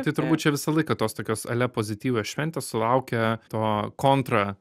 tai turbūt čia visą laiką tos tokios ale pozityvios šventės sulaukia to kontra